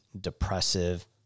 depressive